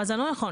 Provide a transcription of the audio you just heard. אבל זה לא נכון,